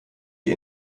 die